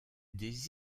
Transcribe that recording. des